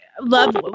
love